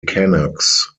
canucks